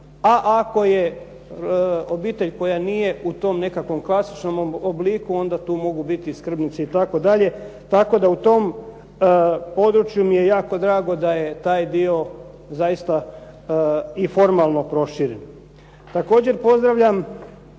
A ako je obitelj koja nije u tom nekom klasičnom obliku, onda tu mogu biti skrbnici itd. Tako da u tom području mi je jako drago da je taj dio i formalno proširen. Također pozdravljam